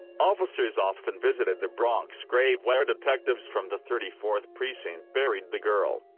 officers often visited the bronx grave where detectives from the thirty fourth precinct buried the girl.